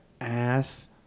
ass